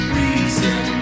reason